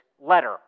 letter